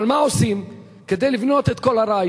אבל מה עושים, כדי לבנות את כל הראיות?